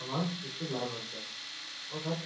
আমাৰ কিছু লাভ হৈছে অৰ্থাৎ